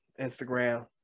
Instagram